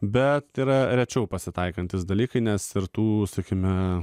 bet yra rečiau pasitaikantys dalykai nes ir tų užsukime